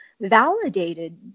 validated